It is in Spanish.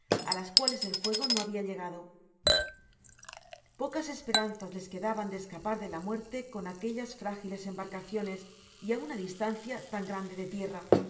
á las cuales el fuego no habia llegado pocas esperanzas les quedaban de escapar de la muerte con aquellas frágiles embarcaciones y á una distancia tan grande de tierra